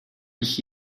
ich